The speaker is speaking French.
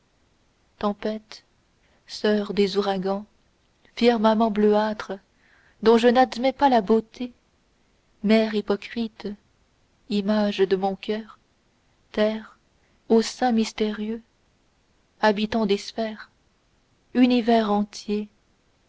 tempêtes soeurs des ouragans firmament bleuâtre dont je n'admets pas la beauté mer hypocrite image de mon coeur terre au sein mystérieux habitants des sphères univers entier